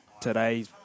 today